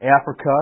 Africa